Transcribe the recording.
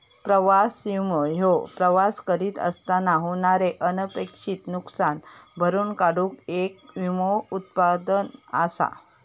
प्रवास विमो ह्यो प्रवास करीत असताना होणारे अनपेक्षित नुसकान भरून काढूक येक विमो उत्पादन असा